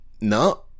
no